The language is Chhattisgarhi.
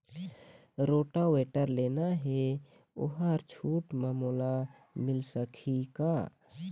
रोटावेटर लेना हे ओहर छूट म मोला मिल सकही का?